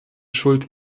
schuld